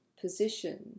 position